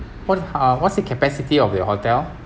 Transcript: what's uh what's the capacity of your hotel